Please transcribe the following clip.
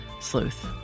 sleuth